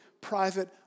private